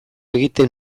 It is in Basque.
egiten